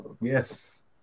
Yes